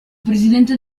presidente